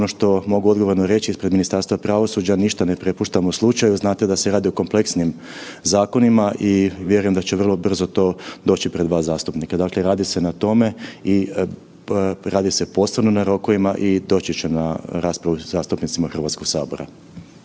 ono što mogu odgovorno reći ispred Ministarstva pravosuđa ništa ne prepuštamo slučaju. Znate da se radi o kompleksnim zakonima i vjerujem da će vrlo brzo to doći pred vas zastupnike. Dakle, radi se na tome i radi se posebno na rokovima i doći će na raspravu zastupnicima Hrvatskog sabora.